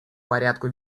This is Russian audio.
порядку